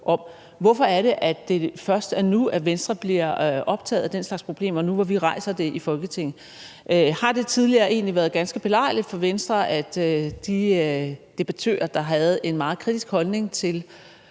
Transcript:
nu, når vi rejser det i Folketinget, at Venstre bliver optaget af den slags problemer? Har det egentlig tidligere været ganske belejligt for Venstre, at de debattører, der havde en meget kritisk holdning til